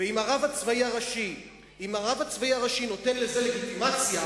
אם הרב הצבאי הראשי נותן לזה לגיטימציה